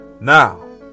now